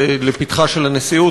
זה לפתחה של הנשיאות,